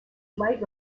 light